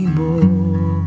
more